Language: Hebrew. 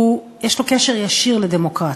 יש לו קשר ישיר לדמוקרטיה,